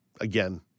again